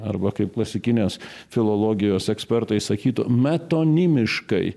arba kaip klasikinės filologijos ekspertai sakytų metonimiškai